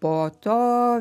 po to